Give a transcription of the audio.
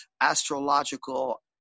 astrological